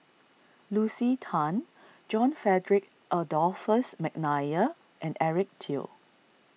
Lucy Tan John Frederick Adolphus McNair and Eric Teo